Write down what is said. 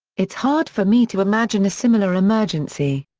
it's hard for me to imagine a similar emergency.